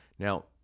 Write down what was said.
Now